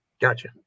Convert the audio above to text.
Gotcha